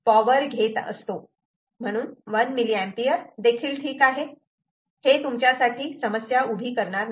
म्हणून 1mA देखील ठीक आहे हे तुमच्यासाठी समस्या उभी करणार नाही